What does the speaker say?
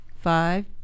Five